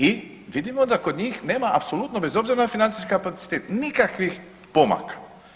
I vidimo da kod njih nema apsolutno bez obzira na financijski kapacitet nikakvih pomaka.